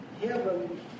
Heaven